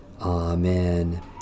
Amen